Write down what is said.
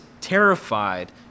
terrified